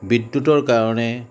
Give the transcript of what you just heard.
বিদ্যুতৰ কাৰণে